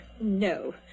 No